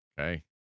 Okay